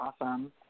awesome